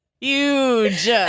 Huge